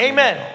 Amen